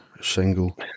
single